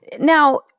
Now